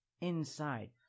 inside